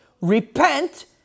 Repent